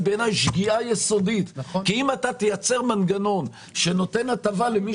בעיניי היא שגיאה יסודית כי אם אתה תייצר מנגנון שנותן הטבה למי